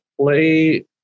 play